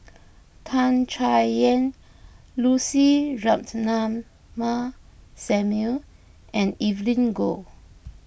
Tan Chay Yan Lucy Ratnammah Samuel and Evelyn Goh